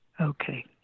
Okay